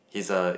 he is a